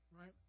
right